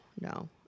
No